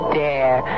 dare